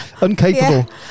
uncapable